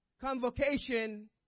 convocation